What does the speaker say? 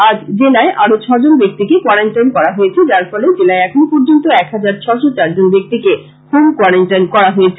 আজ জেলায় আরো ছ জন ব্যাক্তিকে কোয়ারেনটাইন করা হয়েছে যার ফলে জেলায় এখনো পর্য্যন্ত এক হাজার ছশ চার জন ব্যাক্তিকে হোম কোয়ারেনটাইন করা হয়েছে